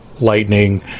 lightning